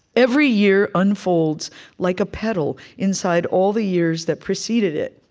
every year unfolds like a petal inside all the years that preceded it.